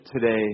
today